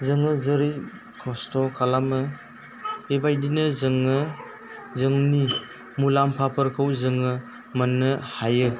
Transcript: जोङो जेरै खस्थ' खालामो बेबायदिनो जोङो जोंनि मुलाम्फाफोरखौ जोङो मोननो हायो